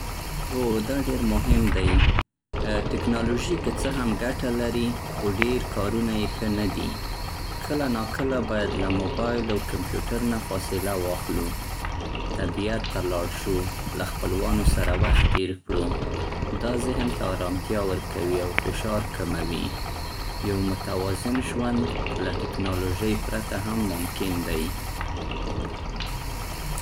هو، دا ډېر مهم دی. ټیکنالوژي که څه هم ګټه لري، خو ډېر کارونه يې ښه نه دي. کله ناکله باید له موبایل او کمپیوټر نه فاصله واخلو. طبیعت ته لاړ شو، له خپلوانو سره وخت تیر کړو. دا ذهن ته ارامتیا ورکوي او فشار کموي. یو متوازن ژوند له ټېکنالوژۍ پرته هم ممکن دی.